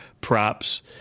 props